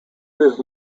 his